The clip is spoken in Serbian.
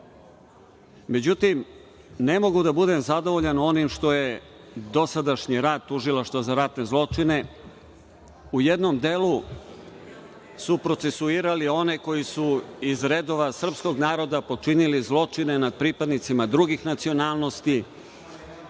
Međutim, ne mogu da budem zadovoljan onim što je dosadašnji rad Tužioca za ratne zločine. U jednom delu su procesuirali one koji su iz redova srpskog naroda počinili zločine nad pripadnicima drugih nacionalnosti